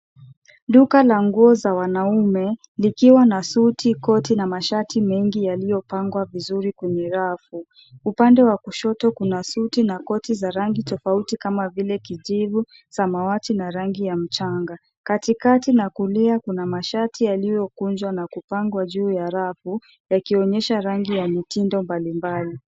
Duka la nguo za wanaume likiwa na suti, koti na mashati mengi yaliyopangwa vizuri kwenye rafu. Upande wa kushoto kuna suti na koti za rangi tofauti kama vile kijivu, samawati na rangi ya mchanga. Katikati na kulia kuna mashati yaliyokunjwa na kupangwa juu ya rafu yakionyesha rangi ya mitindo mbalimbali.